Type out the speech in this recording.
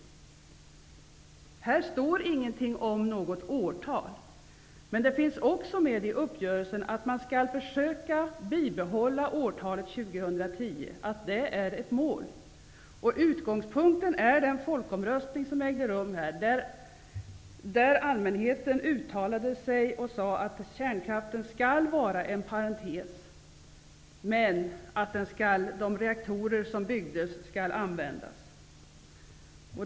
Här finns inget årtal nämnt. Men uppgörelsen innefattar också att man skall försöka bibehålla årtalet 2010, att det skall vara ett mål. Utgångspunkten är den folkomröstning som ägde rum och där allmänheten sade att kärnkraften skall vara en parentes, men att de reaktorer som har byggts skall användas.